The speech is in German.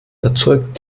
erzeugt